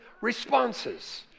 responses